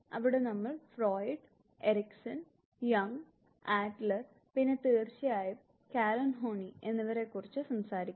അവിടെ നമ്മൾ Freud Erikson Jung Adler പിന്നെ തീർച്ചയായും കാരെൻ ഹോണി എന്നിവരെക്കുറിച്ച് സംസാരിക്കും